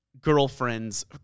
girlfriends